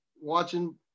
watching